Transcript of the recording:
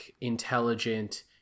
intelligent